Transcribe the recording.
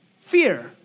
Fear